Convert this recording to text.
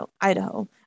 Idaho